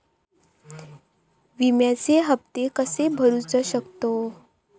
विम्याचे हप्ते कसे भरूचो शकतो?